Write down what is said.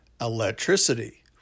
electricity